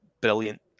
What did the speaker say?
brilliant